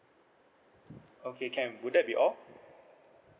okay can will that be all